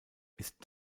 ist